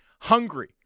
hungry